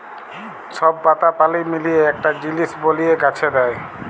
সব পাতা পালি মিলিয়ে একটা জিলিস বলিয়ে গাছে দেয়